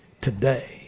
today